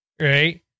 Right